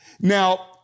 Now